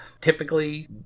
Typically